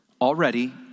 Already